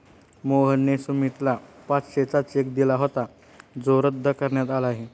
मोहनने सुमितला पाचशेचा चेक दिला होता जो रद्द करण्यात आला आहे